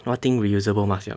what thing reusable mask liao